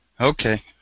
Okay